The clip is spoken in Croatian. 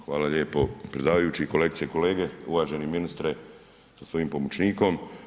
Hvala lijepo, predsjedavajući, kolegice i kolege, uvaženi ministre sa svojim pomoćnikom.